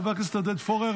חבר הכנסת עודד פורר,